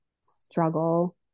struggle